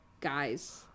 guys